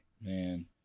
man